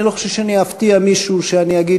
אני לא חושב שאני אפתיע מישהו אם אני אגיד